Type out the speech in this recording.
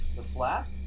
the flap?